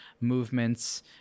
movements